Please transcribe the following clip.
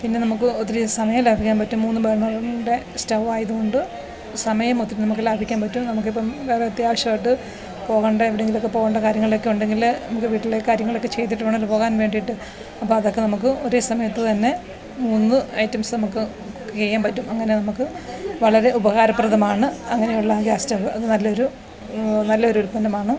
പിന്നെ നമുക്ക് ഒത്തിരി സമയം ലാഭിക്കാൻ പറ്റും മൂന്ന് ബെർണറിൻ്റെ സ്റ്റൗവായത് കൊണ്ട് സമയമൊത്തിരി നമുക്ക് ലാഭിക്കാൻ പറ്റും നമുക്കിപ്പം വേറെ അത്യാവശ്യമായിട്ട് പോവേണ്ട എവിടെങ്കിലുമൊക്കെ പോകേണ്ട കാര്യങ്ങളക്കെ ഉണ്ടെങ്കിൽ നമുക്ക് വീട്ടിലെ കാര്യങ്ങളക്കെ ചെയ്തിട്ട് വേണമല്ലോ പോകാൻ വേണ്ടിട്ട് അപ്പം അതൊക്കെ നമുക്ക് ഒരേ സമയത്ത് തന്നെ മൂന്ന് ഐറ്റംസ് നമുക്ക് കുക്ക് ചെയ്യാൻ പറ്റും അങ്ങനെ നമുക്ക് വളരെ ഉപകാരപ്രദമാണ് അങ്ങനെയുള്ള ഗ്യാസ് സ്റ്റൗവ് അത് നല്ലൊരു നല്ലൊരു ഉല്പന്നമാണ്